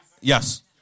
yes